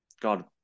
God